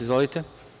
Izvolite.